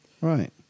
Right